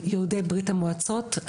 יהודי ברית המועצות,